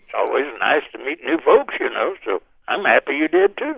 always nice to meet new folks, you know? so i'm happy you did, too